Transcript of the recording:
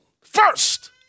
first